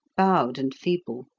bowed and feeble.